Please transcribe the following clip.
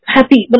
Happy